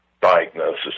diagnosis